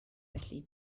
felly